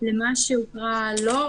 למה שהוקרא לא.